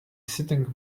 singing